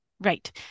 Right